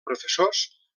professors